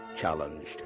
challenged